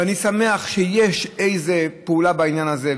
ואני שמח שיש איזו פעולה בעניין הזה,